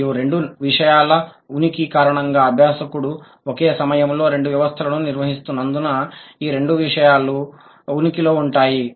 మరియు రెండు విషయాల ఉనికి కారణంగా అభ్యాసకుడు ఒకే సమయంలో రెండు వ్యవస్థలను నిర్వహిస్తున్నందున ఈ రెండు విషయాలు ఉనికిలో ఉంటాయి